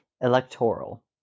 Electoral